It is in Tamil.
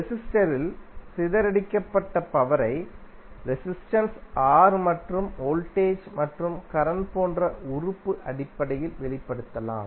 ரெசிஸ்டரில் சிதறடிக்கப்பட்ட பவரை ரெசிஸ்டென்ஸ் R மற்றும் வோல்டேஜ் மற்றும் கரண்ட் போன்ற உறுப்பு அடிப்படையில் வெளிப்படுத்தலாம்